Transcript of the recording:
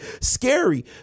scary